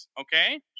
Okay